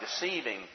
deceiving